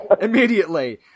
immediately